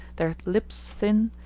their lips thin,